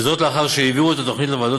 וזאת לאחר שהעבירו את התוכנית לוועדות